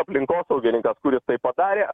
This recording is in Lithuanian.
aplinkosaugininkas kuris tai padarė